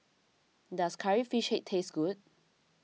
does Curry Fish Head taste good